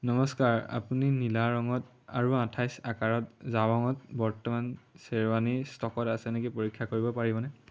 নমস্কাৰ আপুনি নীলা ৰঙত আৰু আঠাইছ আকাৰত জাবাঙত বৰ্তমান শ্বেৰৱানী ষ্টকত আছে নেকি পৰীক্ষা কৰিব পাৰিবনে